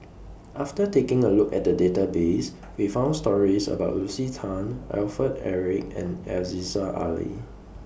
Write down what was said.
after taking A Look At The Database We found stories about Lucy Tan Alfred Eric and Aziza Ali